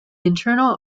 internal